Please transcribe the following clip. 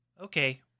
Okay